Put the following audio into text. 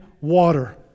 water